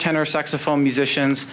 tenor saxophone musicians